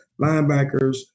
linebackers